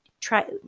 try